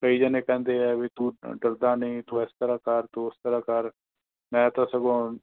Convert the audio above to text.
ਕਈ ਜਣੇ ਕਹਿੰਦੇ ਹੈ ਵੀ ਤੂੰ ਡਰਦਾ ਨਹੀਂ ਤੂੰ ਇਸ ਤਰ੍ਹਾਂ ਕਰ ਤੂੰ ਓਸ ਤਰ੍ਹਾਂ ਕਰ ਮੈਂ ਤਾਂ ਸਗੋਂ